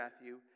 Matthew